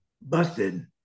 busted